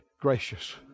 gracious